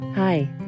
Hi